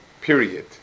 period